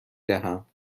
دهم